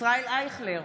ישראל אייכלר,